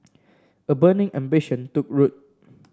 a burning ambition took root